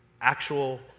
Actual